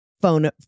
phone